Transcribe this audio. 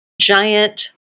giant